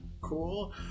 cool